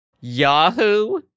Yahoo